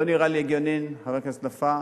לא נראה לי הגיוני, חבר הכנסת נפאע.